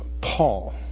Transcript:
Paul